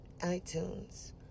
iTunes